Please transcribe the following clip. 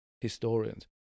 historians